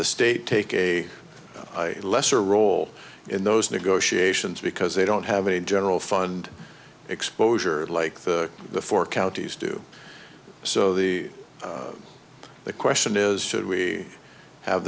the state take a lesser role in those negotiations because they don't have a general fund exposure like the the four counties do so the the question is should we have